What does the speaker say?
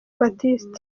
baptiste